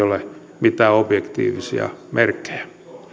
ole mitään objektiivisia merkkejä